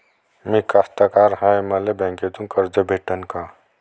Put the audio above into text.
मी कास्तकार हाय, मले बँकेतून कर्ज भेटन का?